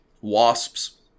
Wasps